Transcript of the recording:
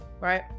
Right